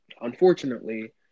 Unfortunately